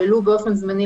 ולו באופן זמני,